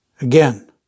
again